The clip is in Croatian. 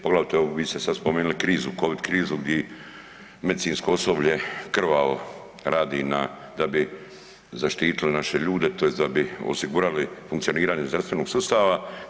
Pogledajte vi ste sad spomenuli krizu, covid krizu gdje medicinsko osoblje krvavo radi da bi zaštitilo naše ljude, tj. da bi osigurali funkcioniranje zdravstvenog sustava.